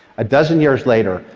a dozen years later,